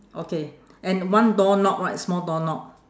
okay and one door knob right small door knob